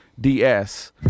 DS